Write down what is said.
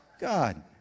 God